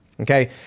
Okay